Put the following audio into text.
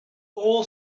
all